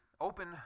open